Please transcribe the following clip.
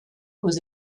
aux